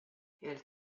elle